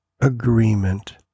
agreement